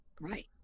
right